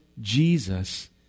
Jesus